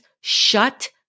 shut